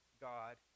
God